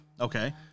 Okay